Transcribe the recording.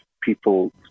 people